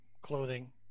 clothing